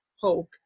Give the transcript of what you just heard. hope